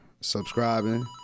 subscribing